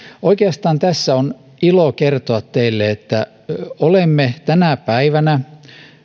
oikeastaan tässä on ilo kertoa teille että olemme tänä päivänä